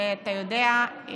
אתה יודע,